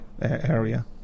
area